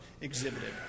exhibited